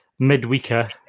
midweeker